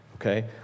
okay